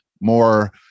more